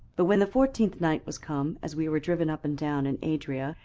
but when the fourteenth night was come, as we were driven up and down in adria,